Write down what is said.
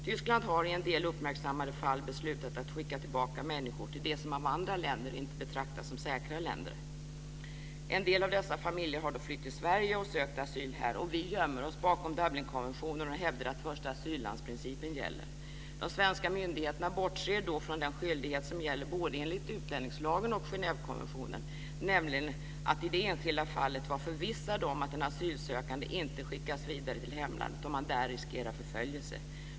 Tyskland har i en del uppmärksammade fall beslutat att skicka tillbaka människor till länder som av andra länder inte betraktas som säkra. En del av dessa familjer har då flytt till Sverige och sökt asyl här. Vi gömmer oss bakom Dublinkonventionen och hävdar att första asyllandsprincipen gäller. De svenska myndigheterna bortser då från den skyldighet som gäller både enligt utlänningslagen och Genèvekonventionen, nämligen att man i det enskilda fallet ska vara förvissad om att den asylsökande inte skickas vidare till hemlandet om han eller hon där riskerar förföljelse.